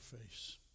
face